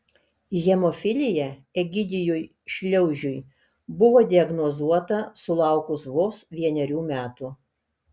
hemofilija egidijui šliaužiui buvo diagnozuota sulaukus vos vienerių metų